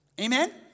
Amen